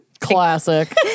Classic